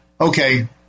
Okay